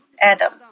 Adam